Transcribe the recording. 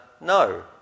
no